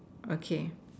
okay